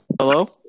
Hello